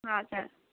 हजुर